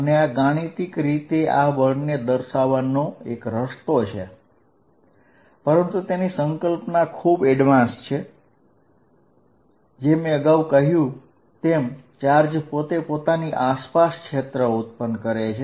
તો હું ગાણિતિક રીતે આ બળને આ રીતે દર્શાવીશ પરંતુ સમજવાની દ્રષ્ટિએ આ ખૂબ જ એડવાન્સ્ડ છે મેં અગાઉ કહ્યું તેમ આપેલ ચાર્જ ડિસ્ટ્રીબ્યુશન q પોતે પોતાની આસપાસ ક્ષેત્ર ઉત્પન્ન કરે છે